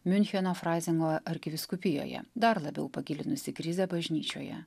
miuncheno fraizengo arkivyskupijoje dar labiau pagilinusį krizę bažnyčioje